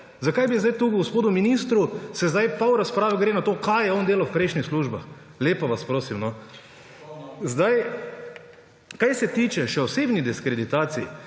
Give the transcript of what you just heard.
Zakaj bi zdaj tu gospodu ministru – pol razprave gre o tem, kaj je on delal v prejšnjih službah. Lepo vas prosim, no. Kar se tiče še osebnih diskreditacij.